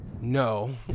No